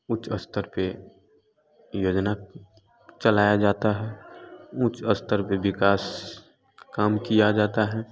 उच्च स्तर पे योजना चलाया जाता है उच्च स्तर पर विकास का काम किया जाता है